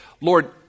Lord